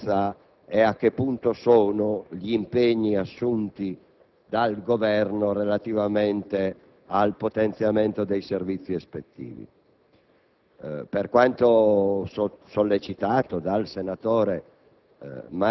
relativo al Testo unico sulla sicurezza e a che punto sono gli impegni assunti dal Governo per il potenziamento dei servizi ispettivi.